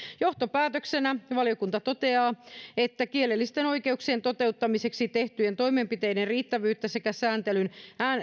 johtopäätöksenä valiokunta toteaa että kielellisten oikeuksien toteuttamiseksi tehtyjen toimenpiteiden riittävyyttä sekä sääntelyn